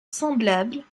semblable